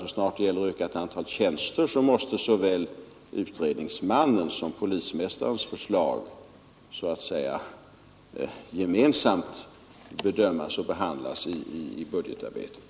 Så snart det gäller ett ökat antal tjänster måste såväl utredningsmannens som polismästarens förslag så att säga gemensamt bedömas och behandlas i budgetarbetet.